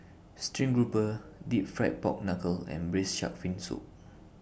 Stream Grouper Deep Fried Pork Knuckle and Braised Shark Fin Soup